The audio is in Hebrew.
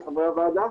חברי הוועדה.